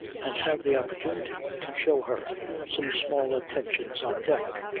and have the opportunity to show her some small attentions on deck.